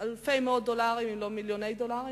מאות אלפי דולרים אם לא מיליוני דולרים,